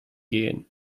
gehen